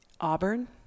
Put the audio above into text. Auburn